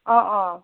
অঁ অঁ